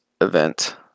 event